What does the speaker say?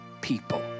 people